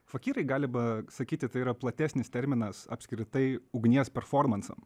fakyrai galima sakyti tai yra platesnis terminas apskritai ugnies performansam